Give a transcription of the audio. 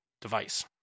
device